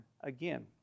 again